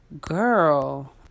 Girl